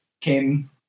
came